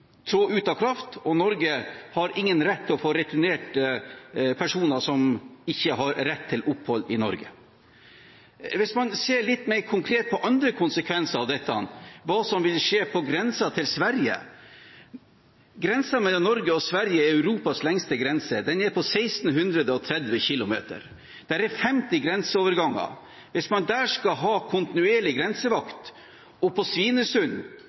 tre ut av kraft, og Norge har ingen rett til å få returnert personer som ikke har rett til opphold i Norge. Man kan se litt mer konkret på andre konsekvenser av dette, hva som vil skje på grensen til Sverige. Grensen mellom Norge og Sverige er Europas lengste grense. Den er på 1 630 km. Det er 50 grenseoverganger. Hvis man der skal ha kontinuerlig grensevakt, og på Svinesund,